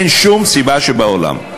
אין שום סיבה שבעולם.